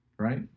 Right